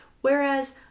Whereas